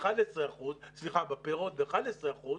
בפירות 11 אחוזים.